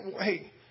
hey